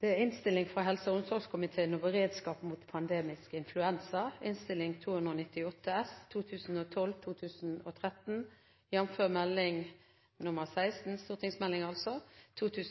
det skulle vere, rundt omkring i Noreg. Debatten i sak nr. 4 er avsluttet.